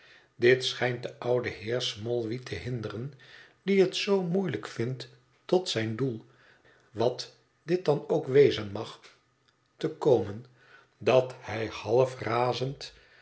dit schijnt den ouden heer smallweed te hinderen die het zoo moeielijk vindt tot zijn doel wat dit dan ook wezen mag te komen dat hij half